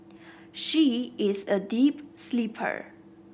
she is a deep sleeper